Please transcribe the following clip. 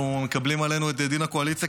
אנחנו מקבלים עלינו את דין הקואליציה,